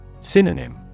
Synonym